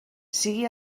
sigui